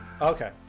Okay